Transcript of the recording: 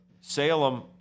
Salem